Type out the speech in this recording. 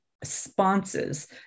responses